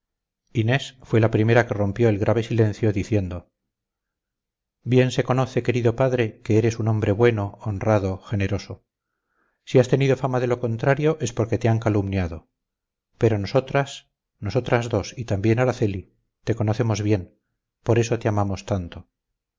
inés fue la primera que rompió el grave silencio diciendo bien se conoce querido padre que eres un hombre bueno honrado generoso si has tenido fama de lo contrario es porque te han calumniado pero nosotras nosotras dos y también araceli te conocemos bien por eso te amamos tanto